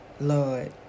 Lord